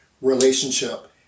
relationship